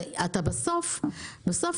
אז קדימה.